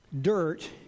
dirt